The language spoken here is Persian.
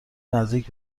نزدیک